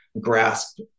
grasp